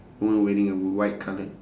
woman wearing a white colour